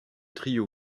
trio